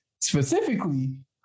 specifically